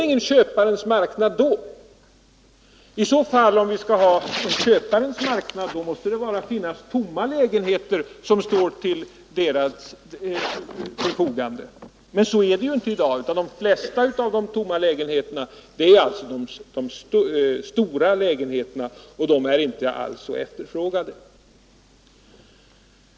För att vi skall få en köparens marknad måste det finnas tomma lägenheter som efterfrågas. Men så är det inte i dag, eftersom de tomma lägenheterna är stora lägenheter som inte alls är så efterfrågade.